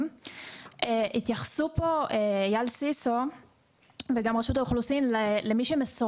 אם הסטטיסטיקה שאתם התחלתם לאסוף מלמדת שסירובי הכניסה נותרו